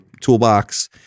toolbox